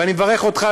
ואני מברך אותך,